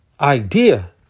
idea